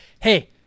hey